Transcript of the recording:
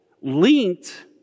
Linked